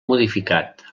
modificat